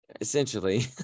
essentially